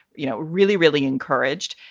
you know, really, really encouraged.